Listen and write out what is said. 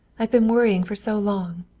i've been worrying for so long.